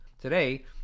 Today